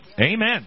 Amen